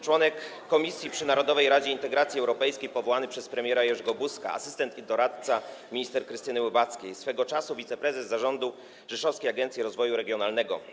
Członek komisji przy Narodowej Radzie Integracji Europejskiej, powołany przez premiera Jerzego Buzka, asystent i doradca minister Krystyny Łybackiej, swego czasu wiceprezes Zarządu Rzeszowskiej Agencji Rozwoju Regionalnego.